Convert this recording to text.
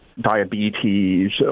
diabetes